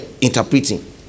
interpreting